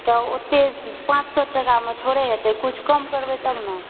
तऽ ओते पाँच सए टकामे थोड़े हेतै किछु कम करबै तब ने